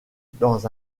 dans